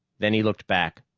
then he looked back.